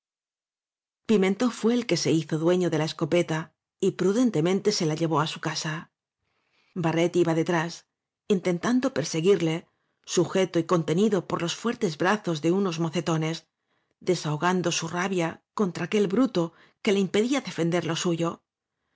pimentó fué el que se hizo dueño de la escopeta y prudentemente se la llevó á su casa barret iba detrás intentando perseguirle su jeto y contenido por los fuertes brazos de unos mocetonés desahogando su rabia contra aquel bruto que le impedía defender lo suyo